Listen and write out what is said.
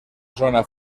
zona